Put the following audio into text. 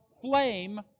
flame